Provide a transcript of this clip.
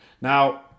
now